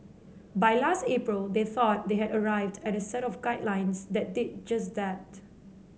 by last April they thought they had arrived at a set of guidelines that did just that